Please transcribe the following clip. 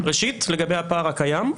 ראשית לגבי הפער הקיים,